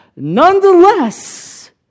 Nonetheless